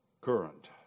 current